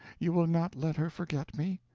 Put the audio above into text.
you will not let her forget me?